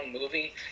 movie